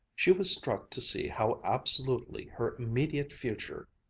she was struck to see how absolutely her immediate future,